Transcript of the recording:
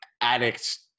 addict